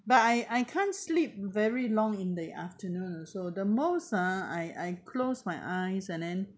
but I I can't sleep very long in the afternoon also the most ah I I close my eyes and then